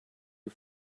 you